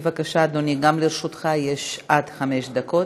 בבקשה, אדוני, גם לרשותך עד חמש דקות.